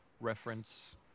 reference